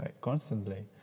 constantly